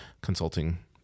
consulting